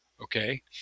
okay